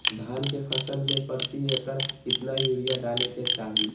धान के फसल में प्रति एकड़ कितना यूरिया डाले के चाहि?